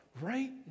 right